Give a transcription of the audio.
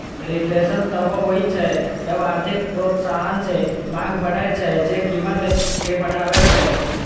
reflation तबो होइ छै जब आर्थिक प्रोत्साहन सं मांग बढ़ै छै, जे कीमत कें बढ़बै छै